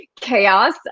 chaos